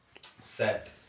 set